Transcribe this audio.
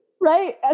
Right